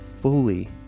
fully